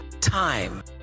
time